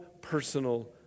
personal